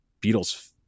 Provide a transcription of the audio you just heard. Beatles